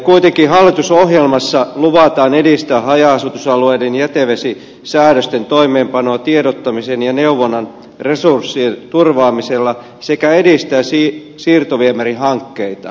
kuitenkin hallitusohjelmassa luvataan edistää haja asutusalueiden jätevesisäädösten toimeenpanoa tiedottamisen ja neuvonnan resurssien turvaamisella sekä edistää siirtoviemärihankkeita